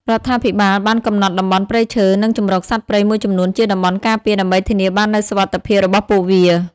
រដ្ឋាភិបាលបានកំណត់តំបន់ព្រៃឈើ និងជម្រកសត្វព្រៃមួយចំនួនជាតំបន់ការពារ ដើម្បីធានាបាននូវសុវត្ថិភាពរបស់ពួកវា។